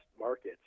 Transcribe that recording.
markets